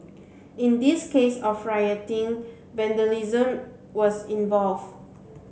in this case of rioting vandalism was involve